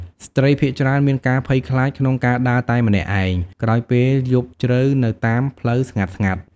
ស្ត្រីភាគច្រើនមានការភ័យខ្លាចក្នុងការដើរតែម្នាក់ឯងក្រោយពេលយប់ជ្រៅនៅតាមផ្លូវស្ងាត់ៗ។